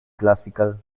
classical